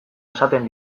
esaten